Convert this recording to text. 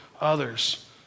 others